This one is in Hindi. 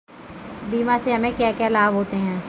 बीमा से हमे क्या क्या लाभ होते हैं?